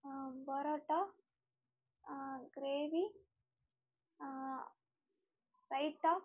parotta gravy raita